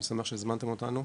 אני שמח שהזמנתם אותנו.